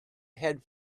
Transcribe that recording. head